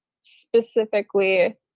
specifically